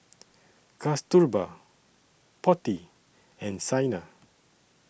Kasturba Potti and Saina